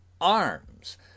arms